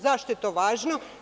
Zašto je to važno?